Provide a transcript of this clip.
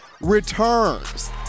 returns